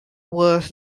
was